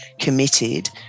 committed